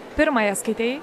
pirmąją skaitei